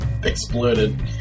Exploded